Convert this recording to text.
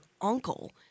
uncle